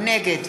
נגד